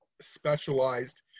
specialized